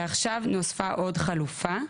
ועכשיו נוספה עוד חלופה,